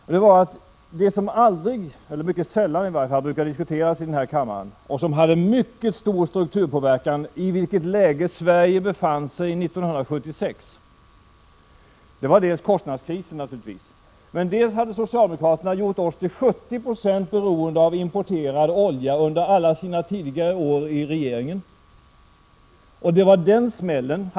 Något som aldrig eller åtminstone mycket sällan brukade diskuteras i riksdagen men som hade en mycket stor strukturpåverkan på det läge i vilket Sverige befann sig 1976 var dels naturligtvis kostnadskrisen, dels att socialdemokraterna hade gjort oss till 70 26 beroende av importerad olja under alla sina tidigare år i regeringen.